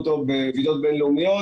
תראו שגם הקרנו בוועידות בין-לאומיות.